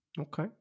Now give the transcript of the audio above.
Okay